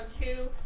two